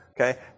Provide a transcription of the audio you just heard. okay